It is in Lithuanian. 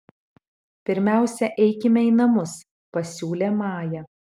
pirmiausia eikime į namus pasiūlė maja